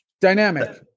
Dynamic